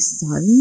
sun